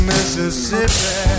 Mississippi